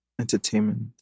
Entertainment